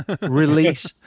release